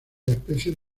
especies